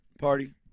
party